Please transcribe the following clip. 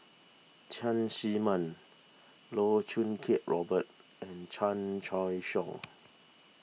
Cheng Man Loh Choo Kiat Robert and Chan Choy Siong